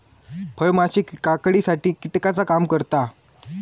फळमाशी काकडीसाठी कीटकाचा काम करता